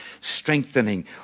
strengthening